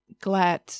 glad